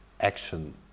action